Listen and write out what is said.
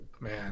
Man